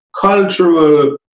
cultural